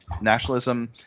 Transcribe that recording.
nationalism